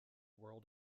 world